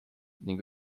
ning